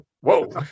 whoa